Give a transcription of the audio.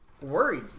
worried